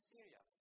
Syria